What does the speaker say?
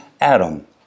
Adam